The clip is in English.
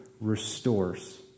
restores